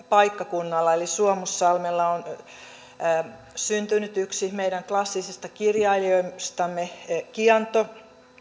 paikkakunnalla eli suomussalmella ovat syntyneet yksi meidän klassisista kirjailijoistamme kianto